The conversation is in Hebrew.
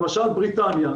למשל בריטניה,